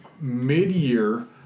mid-year